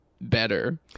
better